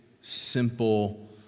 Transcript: simple